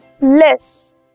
less